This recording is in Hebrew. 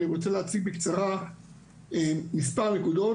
אני רוצה להציג בקצרה מספר נקודות,